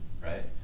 Right